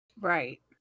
Right